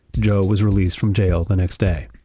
joe was released from jail the next day.